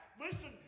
Listen